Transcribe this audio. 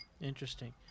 Interesting